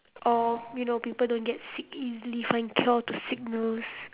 or you know people don't get sick easily find cure to sickness